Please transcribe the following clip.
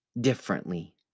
differently